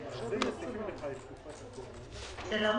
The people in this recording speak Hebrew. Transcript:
שלום.